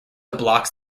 blocks